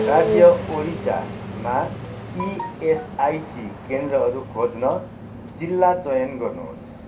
राज्य ओडिसामा इएसआइसी केन्द्रहरू खोज्न जिल्ला चयन गर्नुहोस्